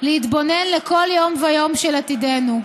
להתבונן לכל יום ויום של עתידנו.